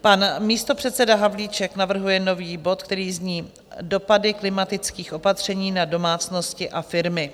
Pan místopředseda Havlíček navrhuje nový bod, který zní: Dopady klimatických opatření na domácnosti a firmy.